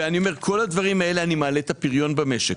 עם כל הדברים האלה אני מעלה את הפריון במשק.